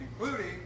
including